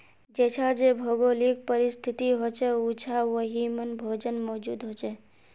जेछां जे भौगोलिक परिस्तिथि होछे उछां वहिमन भोजन मौजूद होचे